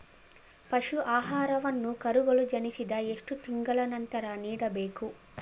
ಪಶು ಆಹಾರವನ್ನು ಕರುಗಳು ಜನಿಸಿದ ಎಷ್ಟು ತಿಂಗಳ ನಂತರ ನೀಡಬೇಕು?